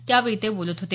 त्यावेळी ते बोलत होते